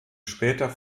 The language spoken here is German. später